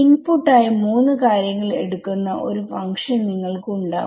input ആയി 3 കാര്യങ്ങൾ എടുക്കുന്ന ഒരു ഫങ്ക്ഷൻ നിങ്ങൾക്ക് ഉണ്ടാവും